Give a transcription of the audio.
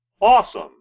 Awesome